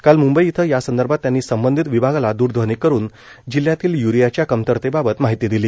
काल म्ंबई इथं यासंदर्भात त्यांनी संबंधित विभागाला द्रध्वनी करून जिल्ह्यातील य्रियाच्या कमतरतेबाबत माहिती दिली